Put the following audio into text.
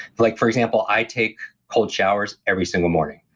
like for example i take cold showers every single morning.